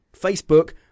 Facebook